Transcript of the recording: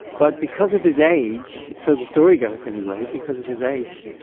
but because of his age, so the story goes anyway, because of his age,